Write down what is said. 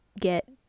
get